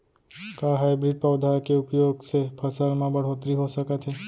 का हाइब्रिड पौधा के उपयोग से फसल म बढ़होत्तरी हो सकत हे?